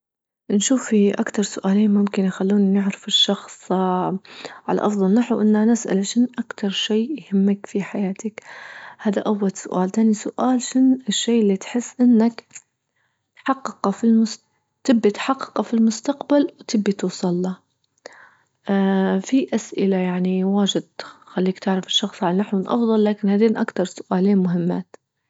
نشوف هي أكتر سؤالين ممكن يخلونى نعرف الشخص اه على أفضل نحو أن أنا أسأله شن أكتر شي يهمك في حياتك؟ هاذا أول سؤال، تاني سؤال، شن الشي اللي تحس أنك تحققه في المس تبى تحققه في المستقبل وتبي توصل له؟ اه في اسئلة يعني واجد خليك تعرف الشخص على نحو أفضل لكن هذين أكتر سؤالين مهمات.